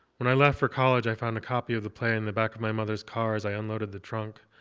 when i left for college, i found a copy of the play in the back of my mother's car as i unloaded the trunk,